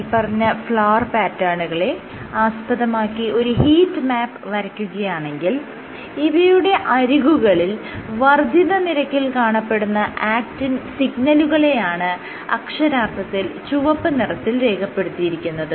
മേല്പറഞ്ഞ ഫ്ലവർ പാറ്റേണുകളെ ആസ്പദമാക്കി ഒരു ഹീറ്റ് മാപ്പ് വരയ്ക്കുകയാണെങ്കിൽ ഇവയുടെ അരികുകളിൽ വർദ്ധിത നിരക്കിൽ കാണപ്പെടുന്ന ആക്റ്റിൻ സിഗ്നലുകളെയാണ് അക്ഷരാർത്ഥത്തിൽ ചുവപ്പ് നിറത്തിൽ രേഖപ്പെടുത്തിയിരിക്കുന്നത്